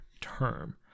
term